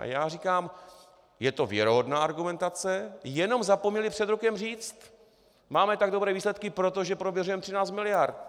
A já říkám: Je to věrohodná argumentace, jenom zapomněli před rokem říct: Máme tak dobré výsledky proto, že prověřujeme 13 miliard.